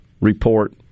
report